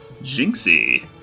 jinxie